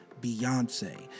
Beyonce